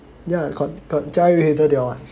ya got got Joy</ Hazel they all [what]